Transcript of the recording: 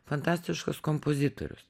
fantastiškas kompozitorius